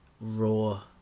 raw